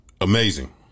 Amazing